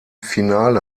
finale